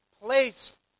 placed